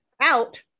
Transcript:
out